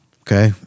okay